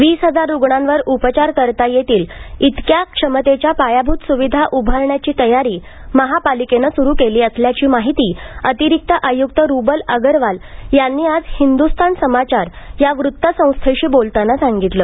वीस हजार रुग्णांवर उपचार करता येतील इतक्या क्षमतेच्या पायाभूत स्विधा उभारण्याची तयारी महापालिकेनं सुरू केली असल्याची माहिती अतिरिक्त आयुक्त रुबल अगरवाल यांनी आज हिंदुस्तान समाचार या वृत्तसंस्थेशी बोलताना सांगितलं